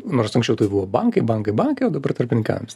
nors anksčiau tai buvo bankai bankai bankai o dabar tarpininkavims